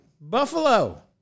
Buffalo